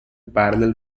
parallel